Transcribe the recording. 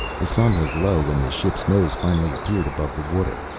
the sun was low when the ship's nose finally appeared above the water.